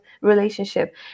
relationship